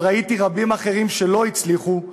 אבל ראיתי רבים אחרים שלא הצליחו,